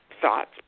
thoughts